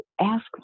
Ask